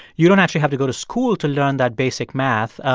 you don't actually have to go to school to learn that basic math.